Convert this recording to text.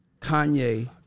Kanye